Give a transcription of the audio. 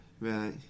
Right